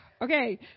okay